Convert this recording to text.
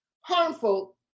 harmful